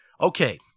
Okay